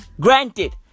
Granted